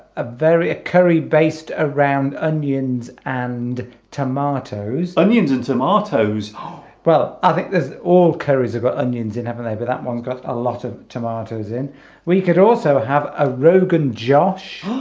a very curry based around onions and tomatoes onions and tomatoes well i think there's all curry's about onions in heaven over that one got a lot of tomatoes in we could also have a rogan josh